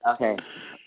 Okay